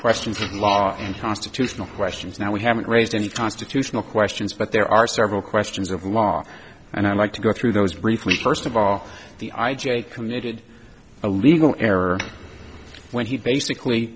questions of law and constitutional questions now we haven't raised any constitutional questions but there are several questions of law and i'd like to go through those refly first of all the i j a committed a legal error when he basically